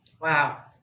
Wow